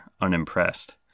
unimpressed